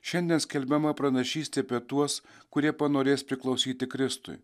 šiandien skelbiama pranašystė apie tuos kurie panorės priklausyti kristui